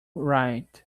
right